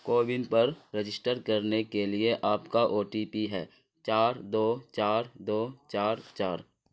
CoWIN پر register کرنے کے لیے آپ کا او ٹی پی ہے چار دو چار دو چار چار